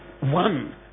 One